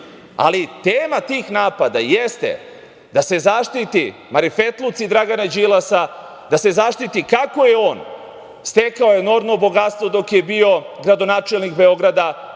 ali tema tih napada jeste da se zaštite marifetluci Dragana Đilasa, da se zaštiti kako je on stekao enormno bogatstvo dok je bio gradonačelnik Beograda,